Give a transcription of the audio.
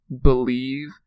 believe